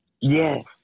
Yes